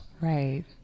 Right